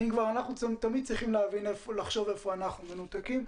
אנחנו תמיד צריכים לחשוב היכן אנחנו מנותקים.